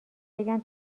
بگن